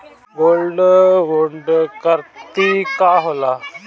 Gold bond करतिं का होला?